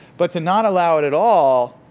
but to not allow it at all,